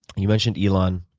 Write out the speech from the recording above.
you mentioned elon,